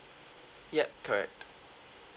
yup correct